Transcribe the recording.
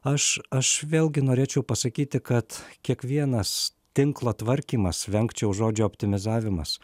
aš aš vėlgi norėčiau pasakyti kad kiekvienas tinklo tvarkymas vengčiau žodžio optimizavimas